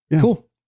cool